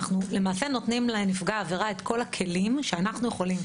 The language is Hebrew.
אנחנו למעשה נותנים לנפגע העבירה את כל הכלים שאנחנו יכולים,